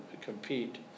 compete